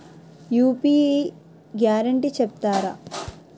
UPI guarantee చెప్తారా?